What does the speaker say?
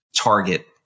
target